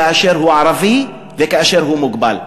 כי הוא ערבי וכי הוא מוגבל.